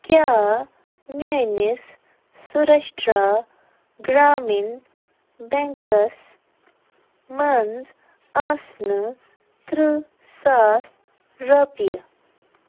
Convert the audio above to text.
کیٛاہ میٲنِس سُراشٹرٛا گرٛامیٖن بیٚنٛکَس منٛز آسنہٕ ترٕہ ساس رۄپیہِ